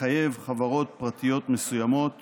לחייב חברות פרטיות מסוימות